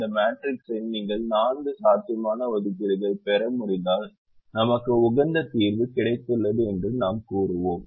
இந்த மேட்ரிக்ஸில் நீங்கள் நான்கு சாத்தியமான ஒதுக்கீடுகளைப் பெற முடிந்தால் நமக்கு உகந்த தீர்வு கிடைத்துள்ளது என்று நாம் கூறுவோம்